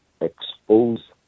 expose